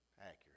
accurate